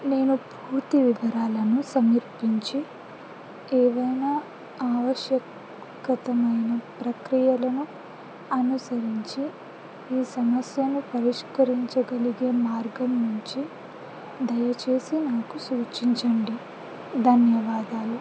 నేను పూర్తి వివరాలను సమర్పించి ఏవైనా ఆవశ్యకతమైన ప్రక్రియలను అనుసరించి ఈ సమస్యను పరిష్కరించగలిగే మార్గం నుంచి దయచేసి నాకు సూచించండి ధన్యవాదాలు